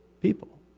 people